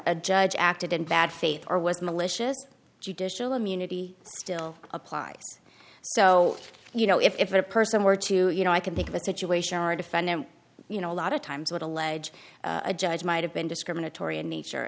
a judge acted in bad faith or was malicious judicial immunity still applies so you know if a person were to you know i can think of a situation or a defendant you know a lot of times would allege a judge might have been discriminatory in nature